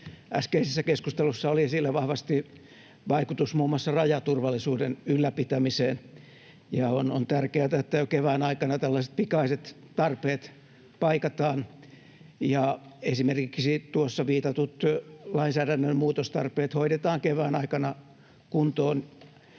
Äskeisessä keskustelussa oli esillä vahvasti vaikutus muun muassa rajaturvallisuuden ylläpitämiseen, ja on tärkeätä, että jo kevään aikana tällaiset pikaiset tarpeet paikataan ja kevään aikana esimerkiksi tuossa viitatut lainsäädännön muutostarpeet hoidetaan kuntoon